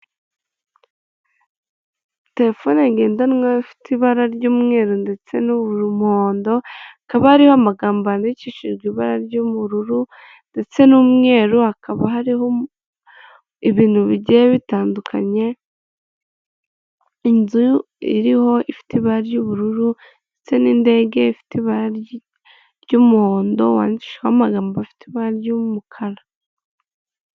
Telefone ngendanwa ifite ibara ry'umweru ndetse n'umuhondo hakaba hariho amagambo yandikishijwe ibara ry'ubururu ndetse n'umweru, hakaba hariho ibintu bigiye bitandukanye: inzu ifite ibara ry'ubururu, ndetse n'indege ifite ibara ry'umuhondo wandikishijweho amagambo afite ibara ry'umukara.